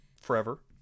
forever